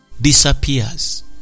disappears